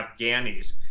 afghanis